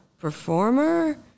performer